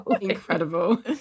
Incredible